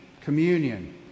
communion